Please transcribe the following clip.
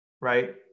right